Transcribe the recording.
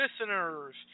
listeners